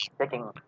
taking